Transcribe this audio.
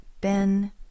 Ben